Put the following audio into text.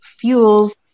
fuels